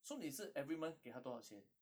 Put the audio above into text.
so 你是 every month 给他多少钱